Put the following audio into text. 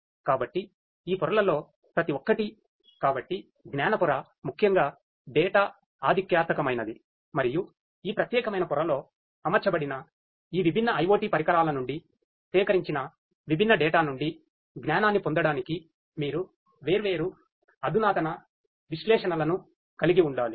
కాబట్టి ఈ పొరలలో ప్రతి ఒక్కటి కాబట్టి జ్ఞాన పొర ముఖ్యంగా డేటా నుండి జ్ఞానాన్ని పొందడానికిమీరు వేర్వేరు అధునాతన విశ్లేషణలను కలిగి ఉండాలి